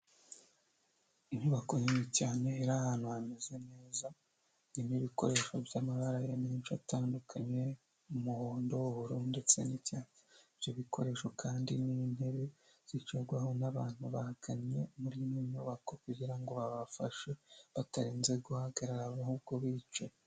Inyubako nini cyane iri ahantu hameze neza, irimo ibikoresho by'amabara menshi atandukanye umuhondo, ubururu ndetse n'icyatsi, ibyo bikoresho kandi ni intebe zicarwaho n'abantu bagannyenye muri ino nyubako kugira ngo babafashe batarinze guhagarara ahubwo bicaye.